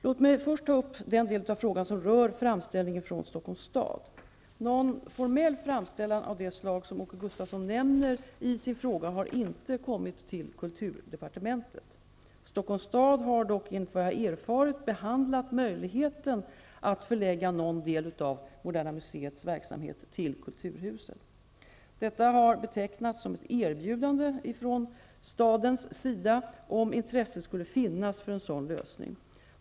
Låt mig först ta upp den del av frågan som rör framställningen från Stockholms stad. Någon formell framställan av det slag som Åke Gustavsson nämner i sin fråga har inte kommit till kulturdepartementet. Stockholms stad har dock enligt vad jag har erfarit behandlat möjligheten att förlägga någon del av Moderna museets verksamhet till Kulturhuset. Detta har betecknats som ett erbjudande från stadens sida, om intresse skulle finnas för en sådan lösning.